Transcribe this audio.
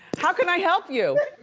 how can i help you?